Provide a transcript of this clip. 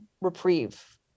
reprieve